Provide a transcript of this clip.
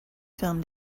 film